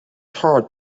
hard